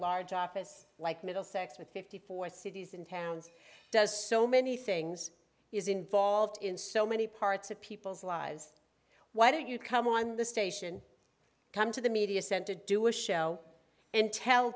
large office like middlesex with fifty four cities and towns does so many things is involved in so many parts of people's lives why don't you come on the station come to the media center do a show and tell